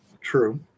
True